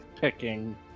picking